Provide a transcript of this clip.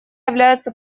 является